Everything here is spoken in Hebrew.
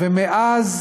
ומאז